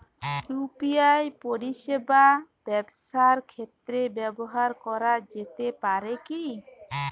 UPI পরিষেবা ব্যবসার ক্ষেত্রে ব্যবহার করা যেতে পারে কি?